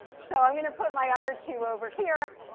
so i'm going to put my other two over here.